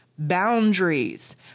Boundaries